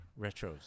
retros